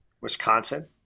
Wisconsin